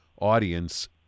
audience